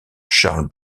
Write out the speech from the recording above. charles